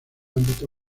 ámbito